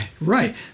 Right